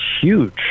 huge